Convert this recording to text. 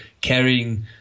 carrying